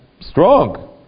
Strong